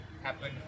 Happen